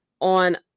on